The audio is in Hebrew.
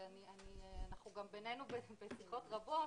אנחנו גם בינינו בשיחות רבות.